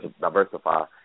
diversify